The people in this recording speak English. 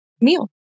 meal